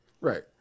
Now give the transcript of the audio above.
Right